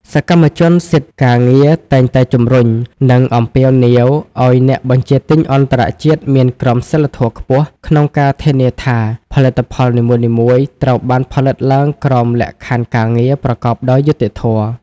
សកម្មជនសិទ្ធិការងារតែងតែជំរុញ និងអំពាវនាវឱ្យអ្នកបញ្ជាទិញអន្តរជាតិមានក្រមសីលធម៌ខ្ពស់ ក្នុងការធានាថាផលិតផលនីមួយៗត្រូវបានផលិតឡើងក្រោមលក្ខខណ្ឌការងារប្រកបដោយយុត្តិធម៌។